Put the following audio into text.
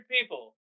people